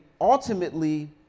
ultimately